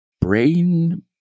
brain